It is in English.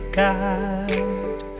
guide